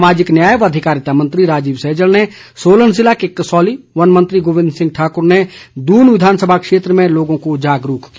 सामाजिक न्याय व अधिकारिता मंत्री राजीव सैजल ने सोलन जिले के कसौली वन मंत्री गोविंद ठाकुर ने दून विधानसभा क्षेत्र में लोगों को जागरूक किया